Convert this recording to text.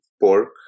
pork